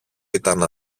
ήταν